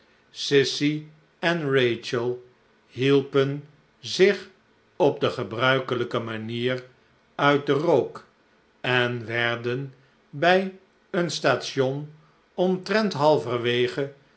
sissy en rachel hielpen zich op de gebruikelijke manier uit den rook en werden bij een station omtrent halverwege